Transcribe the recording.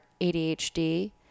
ADHD